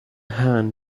hand